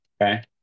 Okay